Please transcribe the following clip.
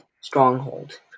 Stronghold